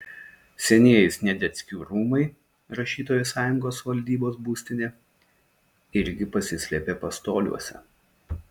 senieji sniadeckių rūmai rašytojų sąjungos valdybos būstinė irgi pasislėpė pastoliuose